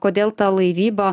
kodėl ta laivyba